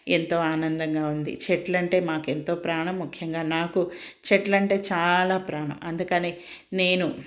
ఎంతో ఆనందంగా ఉంది చెట్లంటే మాకు ఎంతో ప్రాణం ముఖ్యంగా నాకు చెట్లంటే చాలా ప్రాణం అందుకనే నేను